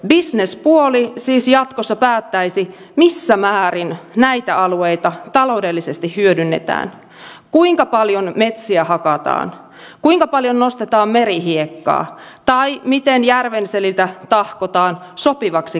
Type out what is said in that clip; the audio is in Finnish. bisnespuoli siis jatkossa päättäisi missä määrin näitä alueita taloudellisesti hyödynnetään kuinka paljon metsiä hakataan kuinka paljon nostetaan merihiekkaa tai miten järvenseliltä tahkotaan sopivaksi katsottua tuottoa